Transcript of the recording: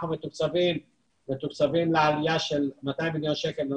אנחנו מתוקצבים בסכום של 200 מיליון שקלים.